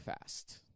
fast